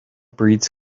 breeds